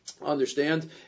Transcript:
understand